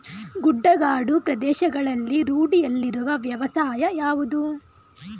ಗುಡ್ಡಗಾಡು ಪ್ರದೇಶಗಳಲ್ಲಿ ರೂಢಿಯಲ್ಲಿರುವ ವ್ಯವಸಾಯ ಯಾವುದು?